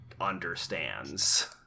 understands